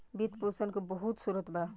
वित्त पोषण के बहुते स्रोत बा